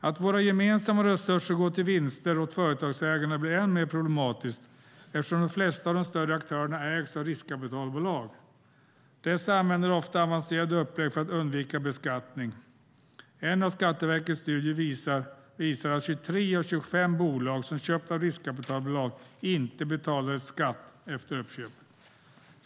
Att våra gemensamma resurser går till vinster åt företagsägarna blir än mer problematiskt eftersom de flesta av de större aktörerna ägs av riskkapitalbolag. Dessa använder ofta avancerade upplägg för att undvika beskattning. En av Skatteverkets studier visade att 23 av 25 bolag som köpts upp av riskkapitalbolag inte betalade skatt efter uppköpet.